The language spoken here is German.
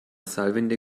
seilwinde